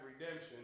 redemption